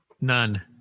None